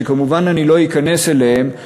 שכמובן אני לא אכנס אליהן,